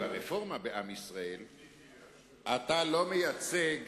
ברפורמה אתה לא מייצג